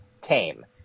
tame